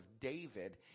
David